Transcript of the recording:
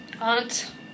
aunt